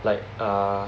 like uh